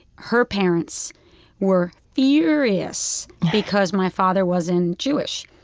her parents were furious because my father wasn't jewish.